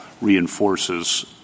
reinforces